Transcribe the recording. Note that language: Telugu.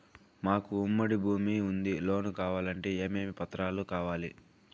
మాకు ఉమ్మడి భూమి ఉంది లోను కావాలంటే ఏమేమి పత్రాలు కావాలి?